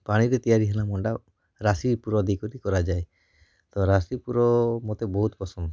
ପାଣିରେ ତିଆରି ହେଲା ମଣ୍ଡା ରାଶି ପୁର ଦେଇକରି କରାଯାଏ ତ ରାଶି ପୁର ମୋତେ ବହୁତ ପସନ୍ଦ